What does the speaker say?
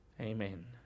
Amen